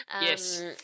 Yes